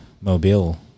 Mobile